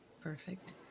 Perfect